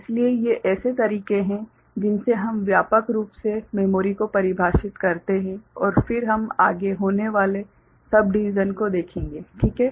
इसलिए ये ऐसे तरीके हैं जिनसे हम व्यापक रूप से मेमोरी को परिभाषित करते हैं और फिर हम आगे होने वाले सब डिविसन को देखेंगे ठीक है